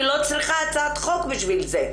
אני לא צריכה הצעת חוק בשביל זה,